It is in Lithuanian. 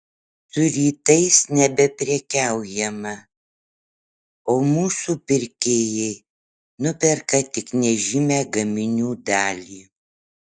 su rytais nebeprekiaujama o mūsų pirkėjai nuperka tik nežymią gaminių dalį